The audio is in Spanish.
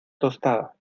tostada